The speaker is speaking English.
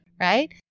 Right